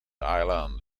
island